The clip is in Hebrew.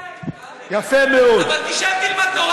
אני אסתער אתך, אל תדאג, יפה מאוד.